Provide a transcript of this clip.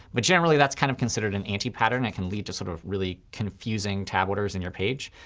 but generally, that's kind of considered an anti-pattern. it can lead to sort of really confusing tab orders in your page.